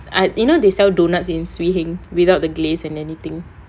ah you know they sell doughnuts in Swee Heng without the glaze and anything